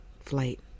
flight